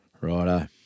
Righto